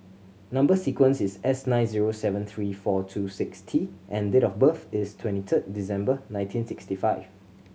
number sequence is S nine zero seven three four two six T and date of birth is twenty third December nineteen sixty five